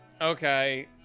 Okay